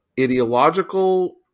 ideological